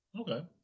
okay